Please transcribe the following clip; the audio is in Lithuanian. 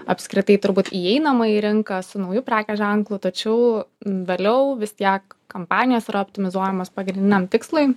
apskritai turbūt įeinama į rinką su nauju prekės ženklu tačiau vėliau vis tiek kompanijos yra optimizuojamos pagrindiniam tikslui